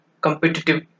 competitive